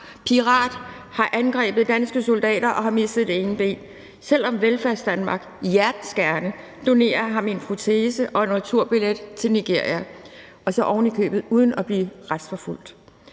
pirat, har angrebet danske soldater og har mistet det ene ben, selv om Velfærdsdanmark hjertens gerne donerer en protese og en enkeltbillet til Nigeria – og så ovenikøbet uden at han bliver retsforfulgt.